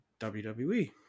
WWE